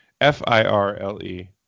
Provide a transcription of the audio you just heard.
F-I-R-L-E